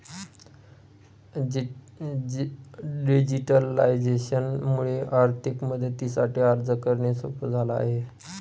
digitalisation मुळे आर्थिक मदतीसाठी अर्ज करणे सोप झाला आहे